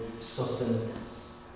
sustenance